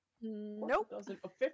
Nope